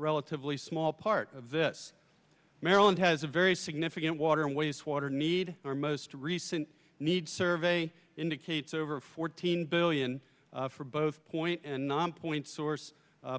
relatively small part of this maryland has a very significant water and wastewater need our most recent need survey indicates over fourteen billion for both point and nonpoint source